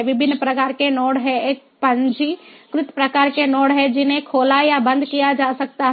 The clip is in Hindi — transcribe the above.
विभिन्न प्रकार के नोड हैं एक पंजीकृत प्रकार के नोड हैं जिन्हें खोला या बंद किया जा सकता है